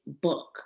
book